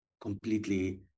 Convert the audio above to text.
completely